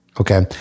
Okay